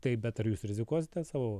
taip bet ar jūs rizikuosite savo